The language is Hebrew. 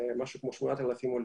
משהו כמו 8,000 עולים.